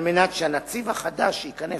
על מנת שהנציב החדש שייכנס